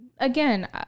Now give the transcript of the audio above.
again